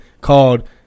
called